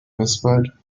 whispered